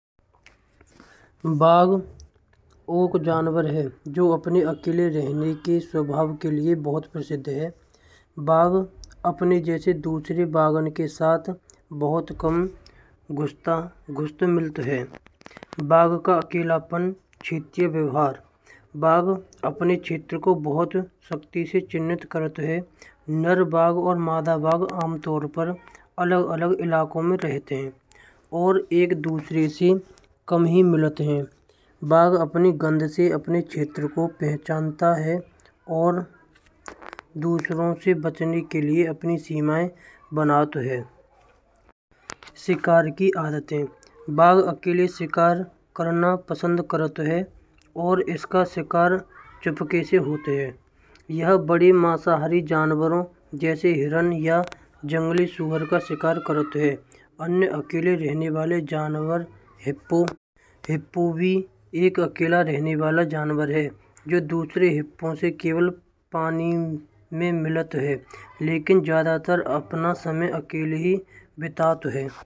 बाघ एक ओके जनावर है जो अपने अकेले रहने के स्वभाव के लिए बहुत प्रसिद्ध है। बाघ अपने जैसे दूसरे बागों के साथ बहुत कम करता है गुस्टा उत्साह मिलता है। बाघ का अकेलापन क्सितिया व्यवहार। बाघ अपने क्षेत्र को बहुत शक्ति से चिन्हित करता है नर भाग और मादा बाघ आमतौर पर अलग-अलग इलाकों में रहते हैं। और एक दूसरे से कम हाय मिलते हैं। बाघ अपनी गंध से अपने क्षेत्र को पहचानता है। और दूसरों से बचाने के लिए अपनी सीमाएं तय करता है। शिकार की आदतें: बाघ अकेले शिकार करना पसंद करते हैं और इसका शिकार चुपके से होता है। यह बड़े मांसाहारी जानवार। जैसे हिरण, जंगली सूअर का शिकार करते हैं अन्य अकेले रहने वाले जानवार। हिप्पो, हिप्पो व एक अकेला रहने वाला जानवार है। जो दूसरे हिप्पो से केवल पानी में मिलता है। लेकिन ज्यादातर अपना समय अकेला ही बीता तो है।